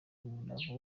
umurava